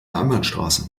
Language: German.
einbahnstraße